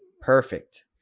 perfect